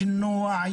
שינוע,